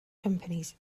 companies